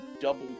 double